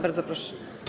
Bardzo proszę.